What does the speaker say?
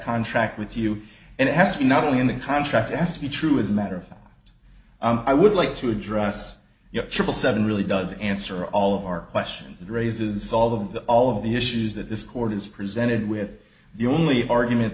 contract with you and it has to be not only in the contract it has to be true as a matter further i would like to address you know triple seven really does answer all of our questions and raises all the all of the issues that this court is presented with the only argument